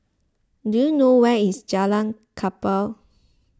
do you know where is Jalan Kapal